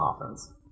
offense